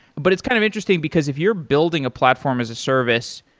but it's kind of interesting because if you're building a platform as a service,